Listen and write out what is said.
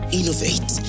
innovate